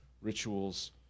rituals